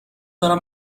دارم